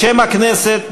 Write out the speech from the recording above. בשם הכנסת,